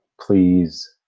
Please